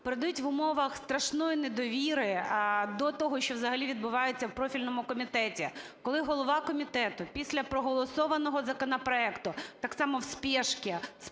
передають в умовах страшної недовіри до того, що взагалі відбувається у профільному комітеті, коли голова комітету після проголосованого законопроекту так само, в спешке,